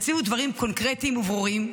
תציעו דברים קונקרטיים וברורים,